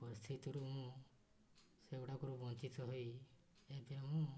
ପରିସ୍ଥିତିରୁ ମୁଁ ସେଗୁଡ଼ାକରୁ ବଞ୍ଚିତ ହୋଇ ଏବେ ମୁଁ